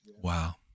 Wow